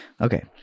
Okay